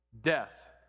Death